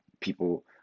people